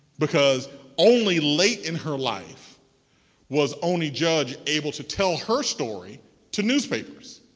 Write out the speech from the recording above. because only late in her life was oney judge able to tell her story to newspapers.